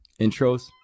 Intros